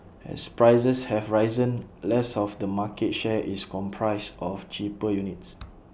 as prices have risen less of the market share is comprised of cheaper units